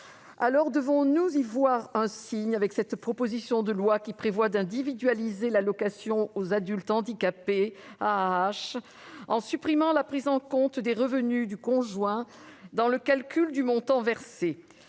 Alors devons-nous voir un signe dans cette proposition de loi qui prévoit d'individualiser l'allocation aux adultes handicapés en supprimant la prise en compte des revenus du conjoint dans le calcul du montant versé ?